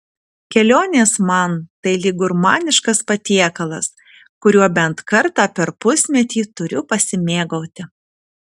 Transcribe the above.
kelionės man tai lyg gurmaniškas patiekalas kuriuo bent kartą per pusmetį turiu pasimėgauti